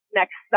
next